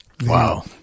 wow